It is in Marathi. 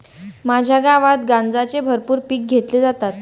माझ्या गावात गांजाचे भरपूर पीक घेतले जाते